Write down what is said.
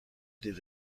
دیر